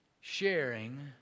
sharing